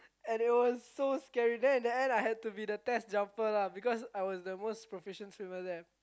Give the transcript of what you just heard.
and it was so scary then in the end I had to be the test jumper lah because I was the most proficient swimmer there